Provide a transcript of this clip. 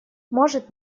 может